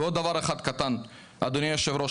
דבר קטן נוסף אדוני היו"ר,